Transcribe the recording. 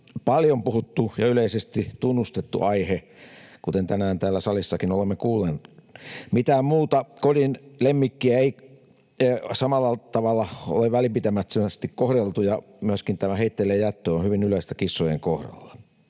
paljon puhuttu ja yleisesti tunnustettu aihe, kuten tänään täällä salissakin olemme kuulleet. Mitään muuta kodin lemmikkiä ei samalla tavalla ole välinpitämättömästi kohdeltu, ja myöskin heitteillejättö on hyvin yleistä kissojen kohdalla.